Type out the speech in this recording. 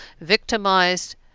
victimized